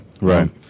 Right